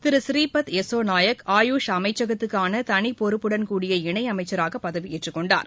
திரு ஸ்ரீபத் யசோ நாயக் ஆயுஷ் அமைச்சகத்துக்கான தனிப்பொறுப்புடன் கூடிய இணையமைச்சராக பதவியேற்றக் கொண்டார்